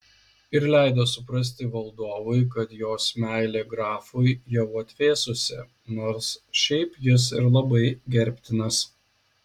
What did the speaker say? ir leido suprasti valdovui kad jos meilė grafui jau atvėsusi nors šiaip jis ir labai gerbtinas